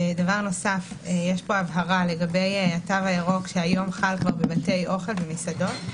יש כאן הבהרה לגבי התו הירוק שהיום חל כבר בבתי אוכל ובמסעדות.